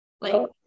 like-